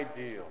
ideal